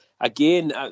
again